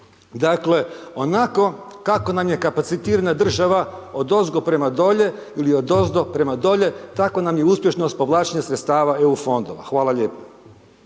dakle, onako kako nam je kapacitirana država odozgo prema dolje ili odozdo prema dolje, tako nam je uspješnost povlačenja sredstava EU fondova. Hvala lijepo.